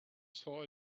saw